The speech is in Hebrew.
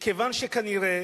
מכיוון שכנראה